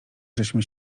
żeśmy